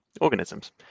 organisms